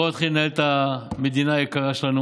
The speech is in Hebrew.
בואו נתחיל לנהל את המדינה היקרה שלנו.